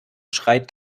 schreit